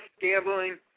gambling